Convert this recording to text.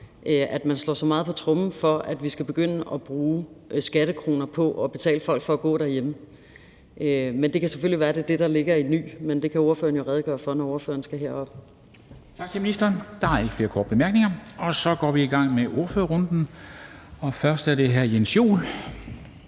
at man slår så meget på tromme for, at vi skal begynde at bruge skattekroner på at betale folk for at gå derhjemme. Men det kan selvfølgelig være, det er det, der ligger i ordet ny. Men det kan fru Mette Thiesen jo redegøre for, når hun skal herop.